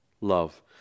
love